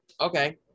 okay